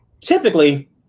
typically